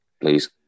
please